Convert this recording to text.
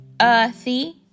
Earthy